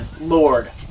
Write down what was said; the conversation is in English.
Lord